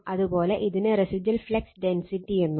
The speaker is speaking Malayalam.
അത് പോലെ ഇതിനെ റെസിജുവൽ ഫ്ലക്സ് ഡെൻസിറ്റി എന്നും